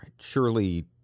Surely